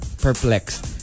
perplexed